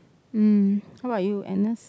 um how about you Agnes